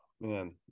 man